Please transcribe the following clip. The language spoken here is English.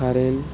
current